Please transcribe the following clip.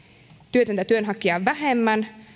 työtöntä työnhakijaa vähemmän